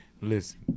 listen